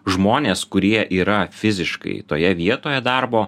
žmonės kurie yra fiziškai toje vietoje darbo